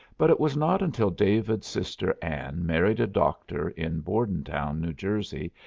but it was not until david's sister anne married a doctor in bordentown, new jersey,